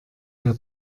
der